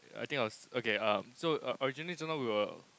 I think I will okay uh so originally just now we were